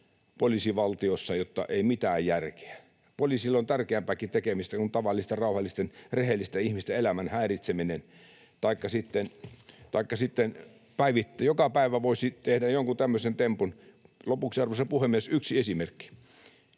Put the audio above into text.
poliisivaltiossa, jotta ei mitään järkeä. Poliisilla on tärkeämpääkin tekemistä kuin tavallisten, rauhallisten, rehellisten ihmisten elämän häiritseminen [Petri Huru: Juuri näin!] taikka se, että joka päivä tekisi jonkun tämmöisen tempun. Lopuksi, arvoisa puhemies, yksi esimerkki.